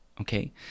okay